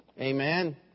amen